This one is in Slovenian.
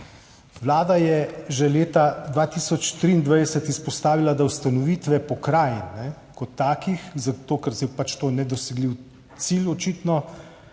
Vlada je že leta 2023 izpostavila, da ustanovitve pokrajin kot takih, zato ker je pač to očitno nedosegljiv cilj,